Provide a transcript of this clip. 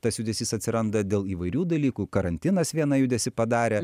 tas judesys atsiranda dėl įvairių dalykų karantinas vieną judesį padarė